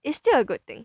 it's still a good thing